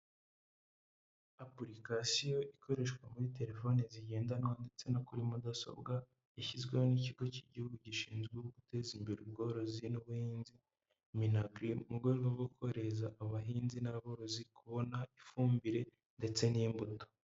Apurikasiyo ikoreshwa muri telefoni zigendanwa ndetse no kuri mudasobwa yashyizweho n'ikigo cy'igihugu gishinzwe guteza imbere ubworozi n'ubuhinzi minagiri mu rwego rwo korohereza abahinzi n'aborozi kubona ifumbire ndetse n'imbuto.